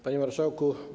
Panie Marszałku!